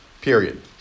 Period